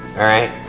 alright,